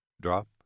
drop